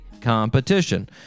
competition